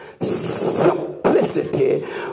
simplicity